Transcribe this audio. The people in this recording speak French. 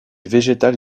végétal